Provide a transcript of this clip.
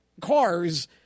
cars